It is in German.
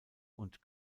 und